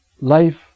life